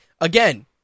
again